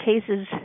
cases